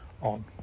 on